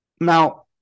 Now